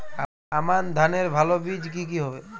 আমান ধানের ভালো বীজ কি কি হবে?